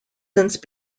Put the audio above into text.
since